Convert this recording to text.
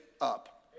up